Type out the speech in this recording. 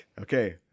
okay